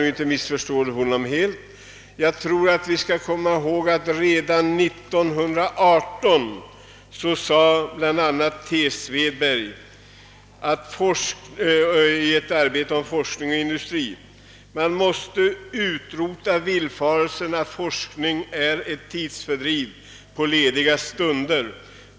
Vi bör emellertid komma ihåg, att The Svedberg redan 1918 i ett arbete om forskning och industri sade: »Man måste utrota villfarelsen att forskning är ett tidsfördriv på lediga stunder.